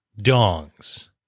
Dongs